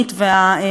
והמטרופולינית.